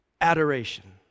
adoration